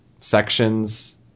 sections